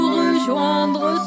rejoindre